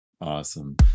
Awesome